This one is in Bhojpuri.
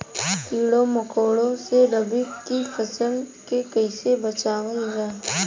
कीड़ों मकोड़ों से रबी की फसल के कइसे बचावल जा?